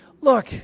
look